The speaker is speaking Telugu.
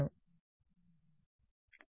విద్యార్థి సోర్స్ ల దగ్గర